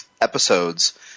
episodes